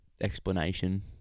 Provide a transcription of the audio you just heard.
explanation